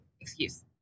excuse